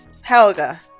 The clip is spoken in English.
Helga